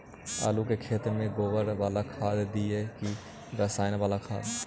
आलू के खेत में गोबर बाला खाद दियै की रसायन बाला खाद?